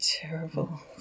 terrible